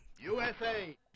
USA